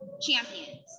champions